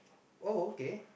uh oh okay